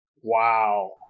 Wow